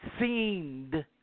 Seemed